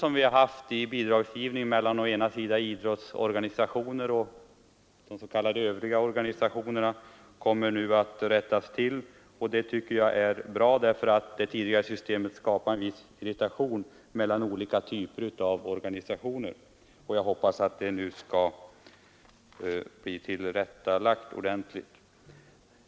Skillnaden i bidragsgivningen till idrottsorganisationer och s.k. övriga organisationer kommer nu att utjämnas. Det tycker jag är bra, eftersom det tidigare systemet skapade en viss irritation mellan olika typer av organisationer. Jag hoppas att detta nu skall bli ordentligt tillrättalagt.